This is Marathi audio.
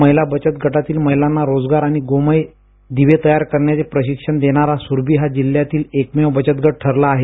महिला बचत गटातील महिलांना रोजगार आणि गोमय दीवे तयार करण्याचे प्रशिक्षण देणारा सुरभी हा जिल्ह्यातील एकमेव बचत गट आहे